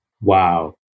Wow